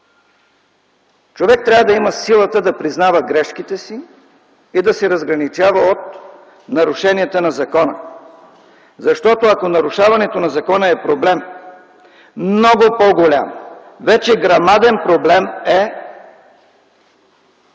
Човек трябва да има силата да признава грешките си и да се разграничава от нарушенията на закона, защото ако нарушаването на закона е проблем, много по-голям, вече грамаден проблем е